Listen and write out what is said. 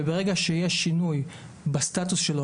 וברגע שיש שינוי בסטטוס שלו,